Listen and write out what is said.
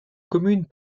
commune